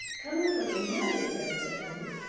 coming from a million throats at once,